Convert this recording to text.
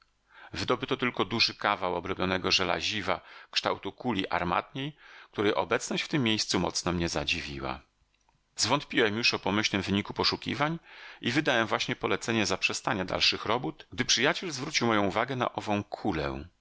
znaleść wydobyto tylko duży kawał obrobionego żelaziwa kształtu kuli armatniej której obecność w tym miejscu mocno mnie zadziwiła zwątpiłem już o pomyślnym wyniku poszukiwań i wydałem właśnie polecenie zaprzestania dalszych robót gdy przyjaciel zwrócił moją uwagę na ową kulę